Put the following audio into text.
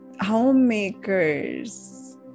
homemakers